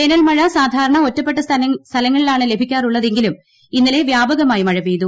വേനൽ മഴ സാധാരണ ഒറ്റപ്പെട്ട സ്ഥലങ്ങളിലാണ് ലഭിക്കാറുള്ളതെങ്കിലും ഇന്നലെ വ്യാപകമായി മഴ പെയ്തു